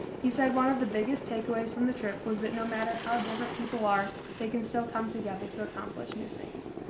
he said one of the biggest take aways from the trip was that no matter how different people are, they can still come together to accomplish new things.